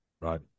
right